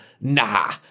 nah